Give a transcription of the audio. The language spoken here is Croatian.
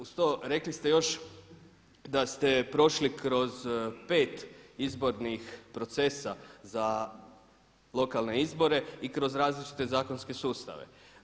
Uz to rekli ste još da ste prošli kroz pet izbornih procesa za lokalne izbore i kroz različite zakonske sustave.